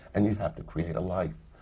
and you have to create a life.